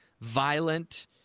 violent –